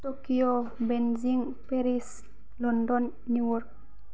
Tokyo Beijing Paris London New York